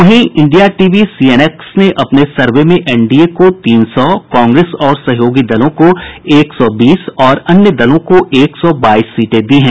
वहीं India TV C NX ने अपने सर्वे में एनडीए को तीन सौ कांग्रेस और सहयोगी दलों को एक सौ बीस और अन्य दलों को एक सौ बाईस सीटें दी हैं